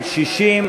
סיעת המחנה הציוני,